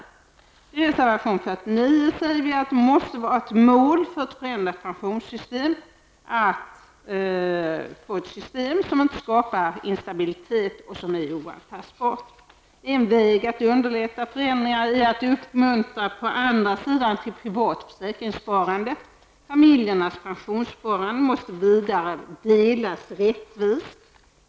I reservation 49 skriver vi att det vid en förändring av pensionssystemet måste vara ett mål att inte skapa instabilitet. Det måste också vara oantastbart. En väg att underlätta förändringar är att uppmuntra privat försäkringssparande. Familjernas pensionssparande måste vidare delas rättvist.